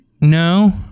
no